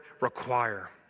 require